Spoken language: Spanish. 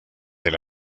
del